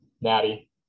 natty